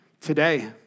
today